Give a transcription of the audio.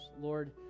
Lord